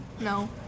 No